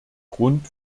grund